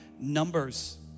numbers